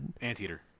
anteater